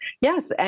Yes